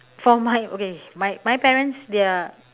for my okay my my parents they are